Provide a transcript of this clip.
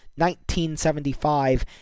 1975